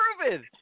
proven